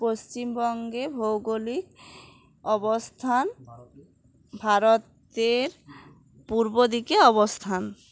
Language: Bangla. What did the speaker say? পশ্চিমবঙ্গের ভৌগোলিক অবস্থান ভারতের পূর্বদিকে অবস্থান